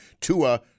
Tua